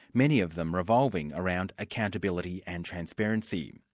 many of them revolving around accountability and transparency.